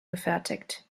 gefertigt